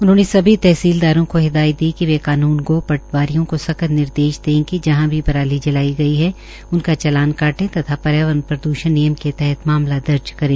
उन्होंने सभी तहसीलदारों को हिदायत दी कि वे कानूनगों पटवारियों को सख्त निर्देश दें कि वे जहां भी पराली जलाई गई है उनका चालान काटें तथा पर्यावरण प्रद्रषण नियम के तहत केस दर्ज करें